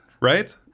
right